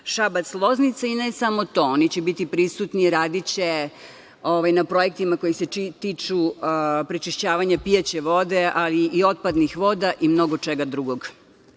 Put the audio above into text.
Šabac-Loznica i ne samo to, oni će biti prisutni, radiće na projektima koji se tiču prečišćavanja pijaće vode, ali i otpadnih voda i mnogo čega drugog. Još